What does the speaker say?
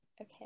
Okay